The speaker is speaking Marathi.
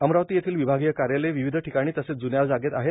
अमरावती येथील विभागीय कार्यालये विविध ठिकाणी तसेच जुन्या जागेत आहेत